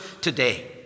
today